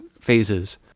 phases